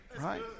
right